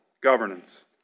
governance